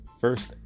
first